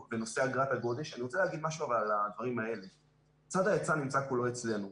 צד ההיצע נמצא כולו אצלנו.